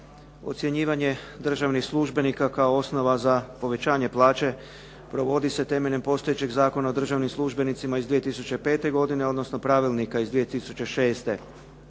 Ocjenjivanje državnih službenika kao osnova za povećanje plaće provodi se temeljem postojećeg Zakona o državnim službenicima iz 2005. godine, odnosno pravilnika iz 2006. iako